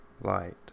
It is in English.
light